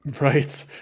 Right